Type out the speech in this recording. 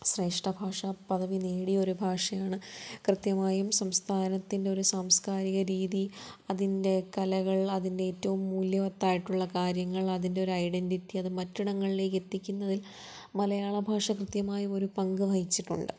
ശ്രേഷ്ഠ ഭാഷ പദവി നേടിയൊരു ഭാഷയാണ് കൃത്യമായും സംസ്ഥാനത്തിൻറ്റൊരു സാംസ്കാരിക രീതി അതിൻ്റെ കലകൾ അതിൻ്റെ ഏറ്റവും മൂല്യവത്തായിട്ടുള്ള കാര്യങ്ങൾ അതിൻറ്റൊരു ഐഡൻടിറ്റി അത് മറ്റിടങ്ങളിലേക്ക് എത്തിക്കുന്നതിന് മലയാള ഭാഷ കൃത്യമായും ഒരു പങ്ക് വഹിച്ചിട്ടുണ്ട്